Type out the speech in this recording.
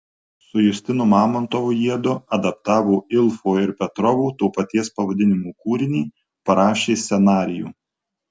su justinu mamontovu jiedu adaptavo ilfo ir petrovo to paties pavadinimo kūrinį parašė scenarijų